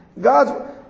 God